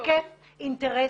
יש לך כלים לשקף אינטרסים.